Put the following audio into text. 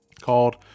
called